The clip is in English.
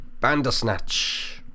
Bandersnatch